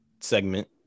segment